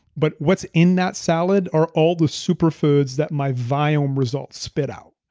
but what's in that salad are all the super foods that my viome results spit out,